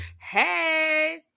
hey